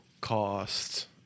costs